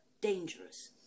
dangerous